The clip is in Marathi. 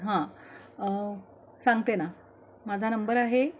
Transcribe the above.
हां सांगते ना माझा नंबर आहे